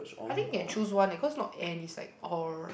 I think they choose one leh cause not and it's like or